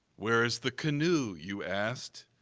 where is the canoe, you asked,